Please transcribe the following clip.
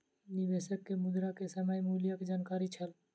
निवेशक के मुद्रा के समय मूल्यक जानकारी छल